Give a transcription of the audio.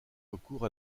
recours